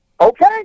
Okay